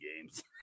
games